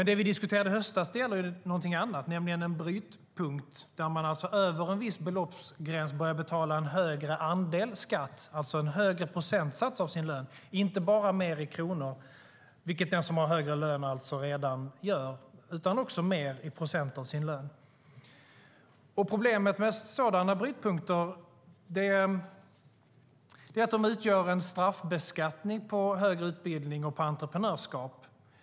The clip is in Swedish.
Det vi diskuterade i höstas var något annat, nämligen en brytpunkt där man över en viss beloppsgräns betalar en högre andel skatt, alltså en högre procentsats av sin lön, inte bara mer i kronor, vilket den som har högre lön redan gör. Problemet med sådana brytpunkter är att de utgör en straffbeskattning på högre utbildning och på entreprenörskap.